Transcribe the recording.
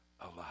alive